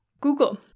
Google